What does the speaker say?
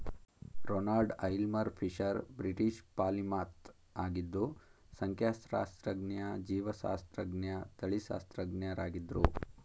Ronald Aylmer Fisher British polymath ಆಗಿದ್ದು ಸಂಖ್ಯಾಶಾಸ್ತ್ರಜ್ಞ ಜೀವಶಾಸ್ತ್ರಜ್ಞ ತಳಿಶಾಸ್ತ್ರಜ್ಞರಾಗಿದ್ರು